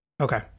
okay